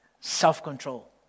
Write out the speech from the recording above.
self-control